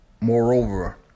Moreover